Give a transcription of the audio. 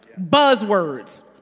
Buzzwords